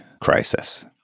crisis